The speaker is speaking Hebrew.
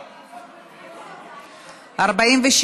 25),